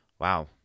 wow